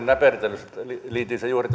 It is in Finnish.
näpertelystä liitin sen juuri